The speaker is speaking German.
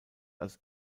als